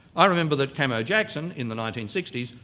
i remember that camo jackson in the nineteen sixty s,